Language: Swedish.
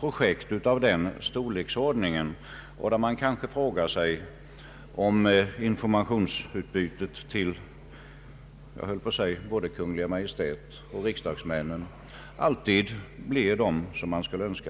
projekt av denna storleksordning och där man kan fråga sig om informationen till Kungl. Maj:t och riksdagen alltid blir den som man skulle önska.